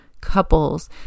couples